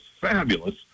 fabulous